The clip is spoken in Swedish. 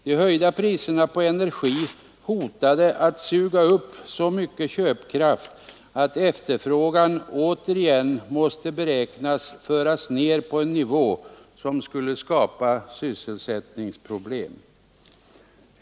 De höjda priserna på energi hotade att suga upp så mycket köpkraft att efterfrågan återigen måste beräknas sjunka ner på en nivå som skulle skapa sysselsättningsproblem.